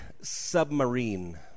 submarine